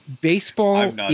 baseball